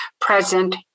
present